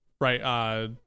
right